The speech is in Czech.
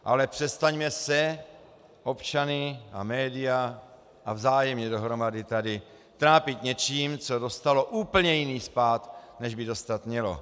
Ale přestaňme se, občany a média a vzájemně dohromady tady, trápit něčím, co dostalo úplně jiný spád, než by dostat mělo.